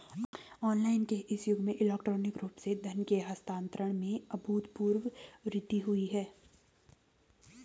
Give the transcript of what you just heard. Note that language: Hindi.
ऑनलाइन के इस युग में इलेक्ट्रॉनिक रूप से धन के हस्तांतरण में अभूतपूर्व वृद्धि हुई है